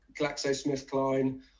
GlaxoSmithKline